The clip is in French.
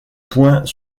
point